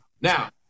Now